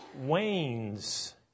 wanes